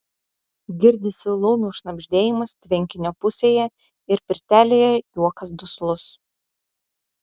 girdisi laumių šnabždėjimas tvenkinio pusėje ir pirtelėje juokas duslus